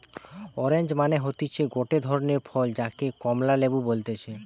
orange মানে হতিছে গটে ধরণের ফল যাকে কমলা লেবু বলতিছে